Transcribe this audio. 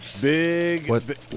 big